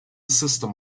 system